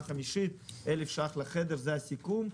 חמישית 1,000 שקל לחדר זה הסיכום.